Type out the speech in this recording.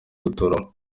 guturamo